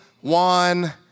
one